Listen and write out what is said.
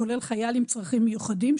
כולל חייל עם צרכים מיוחדים,